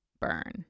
burn